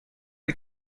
jak